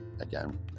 again